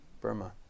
Burma